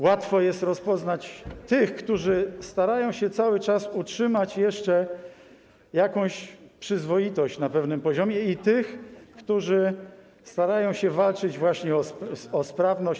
łatwo jest rozpoznać tych, którzy starają się cały czas utrzymać jeszcze jakąś przyzwoitość na pewnym poziomie, i tych, którzy starają się walczyć właśnie o sprawność, o sprawczość.